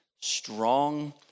strong